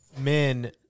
men